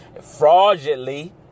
fraudulently